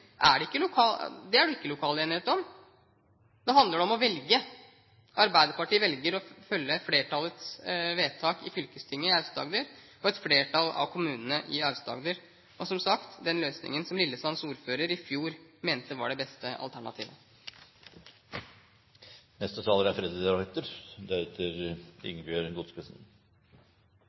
er det ikke lokal enighet om! Da handler det om å velge. Arbeiderpartiet velger å følge flertallets vedtak i fylkestinget i Aust-Agder og et flertall av kommunene i Aust-Agder, og – som sagt – den løsningen som Lillesands ordfører i fjor mente var det beste alternativet. Ja, la oss glede oss over det som er